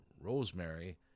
rosemary